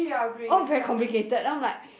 all very complicated then I'm like